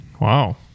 Wow